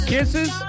Kisses